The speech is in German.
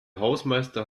hausmeister